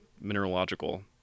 mineralogical